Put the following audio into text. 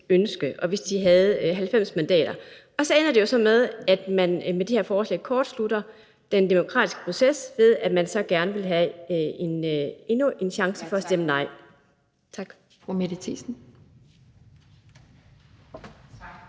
ønske, og hvis de havde 90 mandater, og så ender det med, at man med det her forslag kortslutter den demokratiske proces, ved at man så gerne vil have endnu en chance for at stemme nej. Tak.